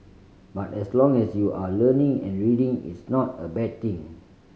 but as long as you are learning and reading it's not a bad thing